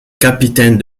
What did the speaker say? capitaine